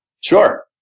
Sure